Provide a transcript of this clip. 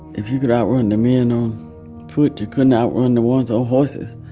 if you could outrun the men on foot, you couldn't outrun the ones on horses.